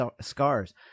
scars